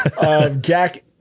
Jack